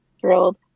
thrilled